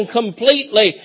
completely